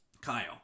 Kyle